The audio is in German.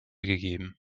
gegeben